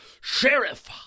Sheriff